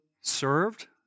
served